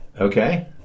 Okay